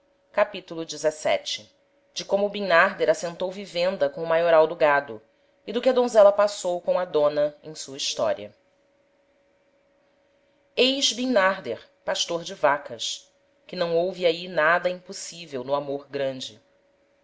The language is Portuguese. capitulo xvii de como bimnarder assentou vivenda com o maioral do gado e do que a donzela passou com a dona em sua historia eis bimnarder pastor de vacas que não houve ahi nada impossivel no amor grande